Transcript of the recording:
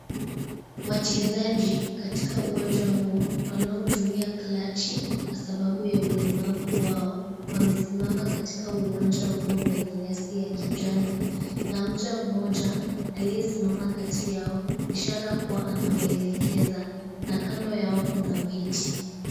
Wachezaji katika uwanja huo wanaoutumia klachi kwa sababu ya ulemavu wao wamesimama katika uwanja huo wenye nyasi ya kijani na mja mmoja aliyesimama kati yao ishara kuwa anawaelekeza na kando yao kuna viti.